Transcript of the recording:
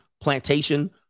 plantation